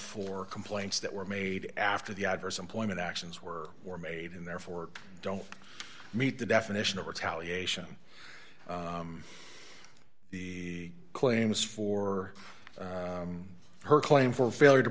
for complaints that were made after the adverse employment actions were made and therefore don't meet the definition of retaliation the claims for her claim for failure to